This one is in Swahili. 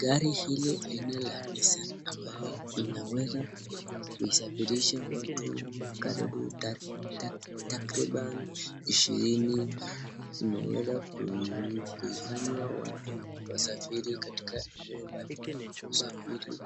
Gari hili aina ya Nissan ambayo inaweza kuisafirisha watu karibu takriban ishirini imeweza kuifanya watu wasafiri katika eneo mbalimbali na kusafiri